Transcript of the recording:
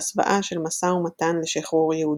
בהסוואה של משא ומתן לשחרור יהודים.